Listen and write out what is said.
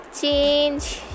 change